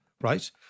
right